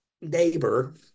neighbor